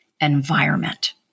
environment